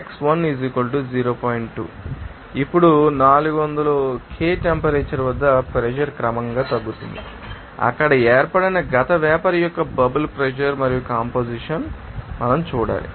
2 ఇప్పుడు 400 K temperature వద్ద pressure క్రమంగా తగ్గుతుంది అక్కడ ఏర్పడిన గత వేపర్ యొక్క బబుల్ ప్రెషర్ మరియు కంపొజిషన్ ఏమిటి